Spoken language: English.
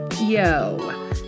Yo